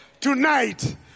Tonight